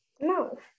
No